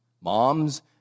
Moms